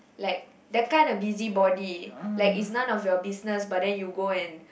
like that kind of busybody like is none of your business but then you go and